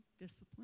discipline